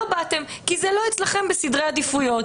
לא באתם כי זה לא נמצא אצלכם בסדרי עדיפויות.